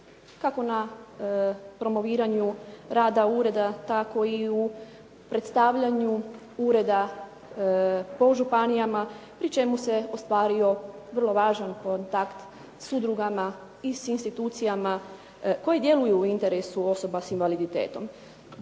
kako na promoviranju rada ureda tako i u predstavljanju ureda po županijama pri čemu se ostvario vrlo važan kontakt s udrugama i s institucijama koje djeluju u interesu osoba s invaliditetom.